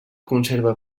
conserva